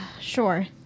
Sure